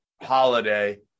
Holiday